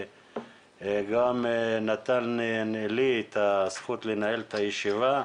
שגם נתן לי את הזכות לנהל את הישיבה.